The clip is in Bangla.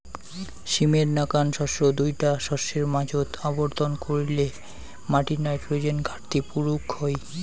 সীমের নাকান শস্য দুইটা শস্যর মাঝোত আবর্তন কইরলে মাটির নাইট্রোজেন ঘাটতি পুরুক হই